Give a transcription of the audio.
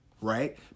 right